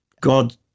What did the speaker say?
God